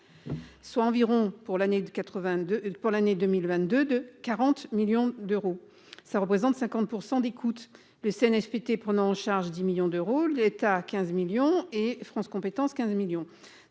2 82 pour l'année 2022 de 40 millions d'euros, ça représente 50% d'écoute le Cnfpt prenant en charge 10 millions d'euros, l'État 15 millions et France compétences 15 millions,